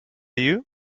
you